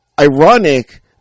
ironic